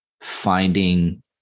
finding